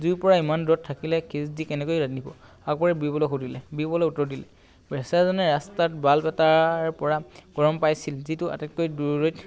জুইৰ পৰা ইমান দূৰত থাকিলে কেনেকৈ ৰান্ধিব আকবৰে বীৰবলক সুধিলে বীৰবলে উত্তৰ দিলে বেচেৰাজনে ৰাস্তাত বাল্ব এটাৰ পৰা গৰম পাইছিল যিটো আটাইতকৈ দূৰৈত